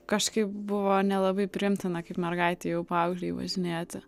kažkaip buvo nelabai priimtina kaip mergaitei jau paauglei važinėti